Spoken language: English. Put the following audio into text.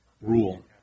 rule